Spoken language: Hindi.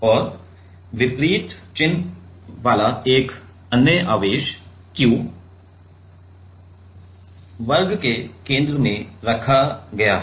और विपरीत चिन्ह वाली एक अन्य आवेश Q को वर्ग के केंद्र में रखा गया है